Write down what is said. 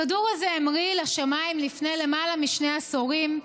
הכדור הזה המריא לשמיים לפני למעלה משני עשורים,